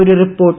ഒരു റിപ്പോർട്ട്